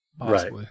Right